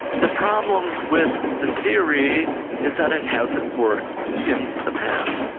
the problem with the theory is that it hasn't worked in the past,